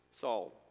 Saul